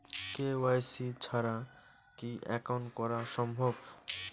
KYC ছাড়া কি account করা সম্ভব?